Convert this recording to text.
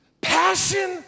Passion